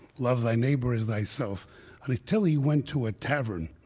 love thy neighbor as thyself until he went to a tavern,